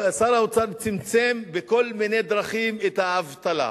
שר האוצר צמצם בכל מיני דרכים את האבטלה,